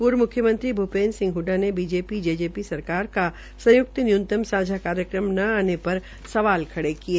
पूर्व मुख्यमंत्री भूपेन्द्र सिंह ने ीजेपी जेजेपी सरकार का संयुक्त न्यूनतम सांझा कार्यक्रम न आने पर सवाल खड़े किये